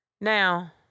Now